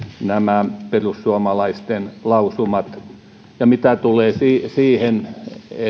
nämä perussuomalaisten lausumat mitä tulee siihen